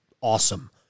awesome